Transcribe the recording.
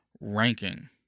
ranking